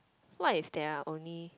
why is there are only